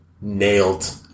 nailed